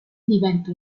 diventa